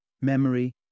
memory